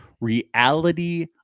reality